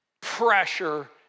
pressure